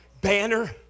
banner